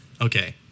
Okay